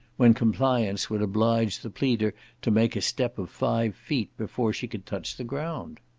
when compliance would oblige the pleader to make a step of five feet before she could touch the ground?